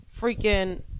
freaking